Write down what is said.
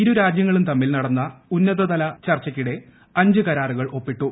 ഇരു രാജ്യങ്ങളു്ം തമ്മിൽ നടന്ന ഉന്നത ഉദ്യോഗസ്ഥതല ചർച്ചയ്ക്കിടെ അഞ്ച് കരാറുകൾ ഒപ്പിട്ടു